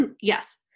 yes